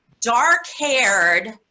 dark-haired